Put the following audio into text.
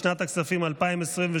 לשנת הכספים 2023,